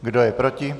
Kdo je proti?